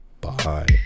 Bye